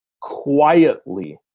quietly